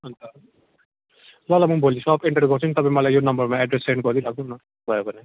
अन्त ल ल म भोलि सप एन्टर गर्छु नि तपाईँ मलाई यो नम्बरमा एड्रेस सेन्ड गरिदिइराख्नु न भयो भने